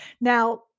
Now